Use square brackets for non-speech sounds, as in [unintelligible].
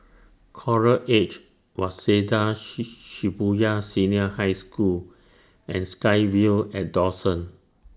Coral Edge Waseda [unintelligible] Shibuya Senior High School and SkyVille At Dawson